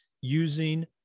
using